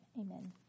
Amen